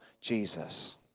Jesus